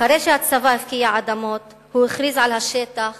אחרי שהצבא הפקיע אדמות הוא הכריז על השטח